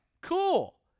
Cool